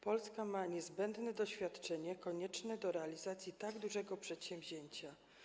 Polska ma niezbędne doświadczenie konieczne do realizacji tak dużego przedsięwzięcia.